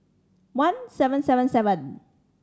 one seven seven seven